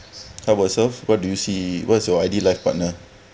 what about yourself what do you see what's your ideal life partner